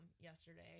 yesterday